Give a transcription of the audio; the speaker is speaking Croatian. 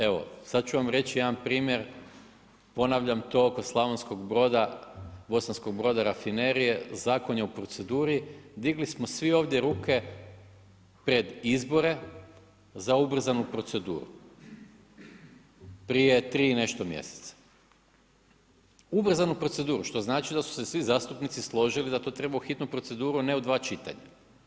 Evo sada ću vam reći jedan primjer, ponavljam to oko Slavonskog Broda, Bosanskog Broda rafinerije, zakon je u proceduri, digli smo svi ovdje ruke pred izbore za ubrzanu proceduru prije tri i nešto mjeseca, ubrzanu proceduru što znači da su svi zastupnici složili da to treba u hitnu proceduru, a ne u dva čitanja.